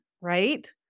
Right